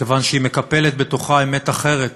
מכיוון שהיא מקפלת בתוכה אמת אחרת